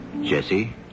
Jesse